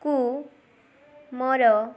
କୁ ମୋର